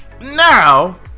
now